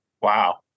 Wow